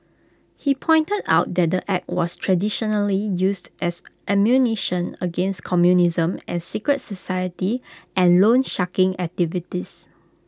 he pointed out that the act was traditionally used as ammunition against communism and secret society and loansharking activities